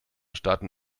staaten